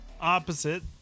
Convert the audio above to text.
opposite